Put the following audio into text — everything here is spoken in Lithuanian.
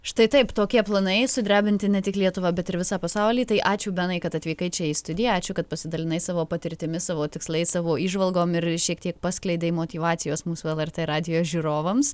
štai taip tokie planai sudrebinti ne tik lietuvą bet ir visą pasaulį tai ačiū benai kad atvykai čia į studiją ačiū kad pasidalinai savo patirtimi savo tikslais savo įžvalgom ir šiek tiek paskleidei motyvacijos mūsų lrt radijo žiūrovams